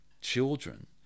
children